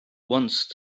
once